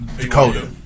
Dakota